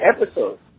episodes